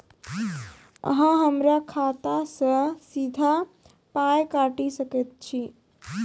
अहॉ हमरा खाता सअ सीधा पाय काटि सकैत छी?